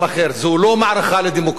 זו לא מערכה לדמוקרטיה,